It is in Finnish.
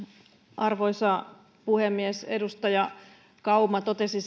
arvoisa puhemies edustaja kauma totesi